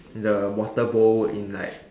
the water bowl in like